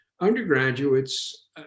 Undergraduates